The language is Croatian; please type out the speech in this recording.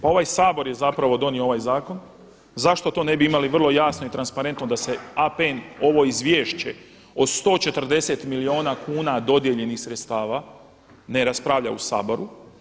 Pa ovaj Sabor je zapravo donio ovaj zakon, zašto to ne bi imali vrlo jasno i transparentno da se APN, ovo izvješće od 140 milijuna kuna dodijeljenih sredstava ne raspravlja u Saboru.